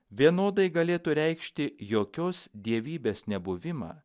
vienodai galėtų reikšti jokios dievybės nebuvimą